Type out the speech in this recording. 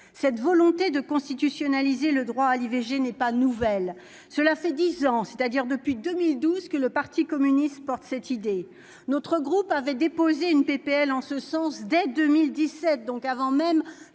cette volonté de constitutionnaliser le droit à l'IVG n'est pas nouvelle : cela fait 10 ans, c'est-à-dire depuis 2012, que le parti communiste porte cette idée notre groupe avait déposé une PPL en ce sens dès 2017 donc avant même